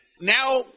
Now